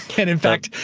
and in fact,